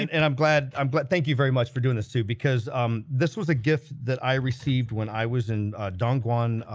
and and i'm glad i'm glad thank you very much for doing this too because um this was a gift that i received when i was in dongguan,